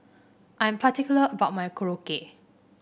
I am particular about my Korokke